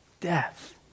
death